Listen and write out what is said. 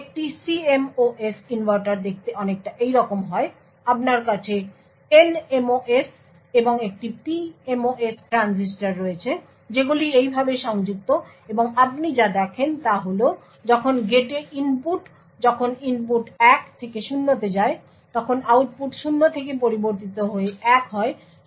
একটি CMOS inverter দেখতে অনেকটা এইরকম হয় আপনার কাছে NMOS এবং একটি PMOS ট্রানজিস্টর রয়েছে যেগুলি এইভাবে সংযুক্ত এবং আপনি যা দেখেন তা হল যখন গেটে ইনপুট যখন ইনপুট 1 থেকে 0 তে যায় তখন আউটপুট 0 থেকে পরিবর্তিত হয়ে 1হয়